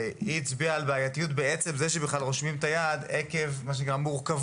היא הצביעה על בעייתיות בעצם זה שבכלל רושמים את ה"יד" עקב המורכבות,